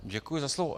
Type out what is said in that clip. Děkuji za slovo.